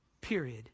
period